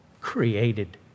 created